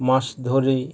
মাছ ধরি